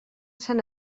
sant